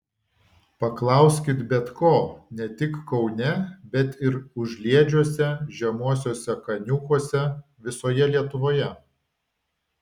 paklauskit bet ko ne tik kaune bet ir užliedžiuose žemuosiuose kaniūkuose visoje lietuvoje